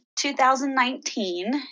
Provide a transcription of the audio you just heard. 2019